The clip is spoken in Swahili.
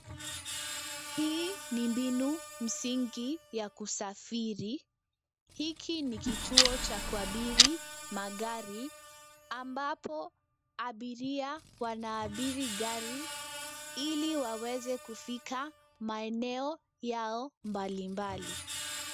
Hii ni mbinu msingi ya kusafiri. Hiki ni kituo cha kuabiri magari ambapo abiria wanaabiri gari ili waweze kufika maeneo yao mbalimbali.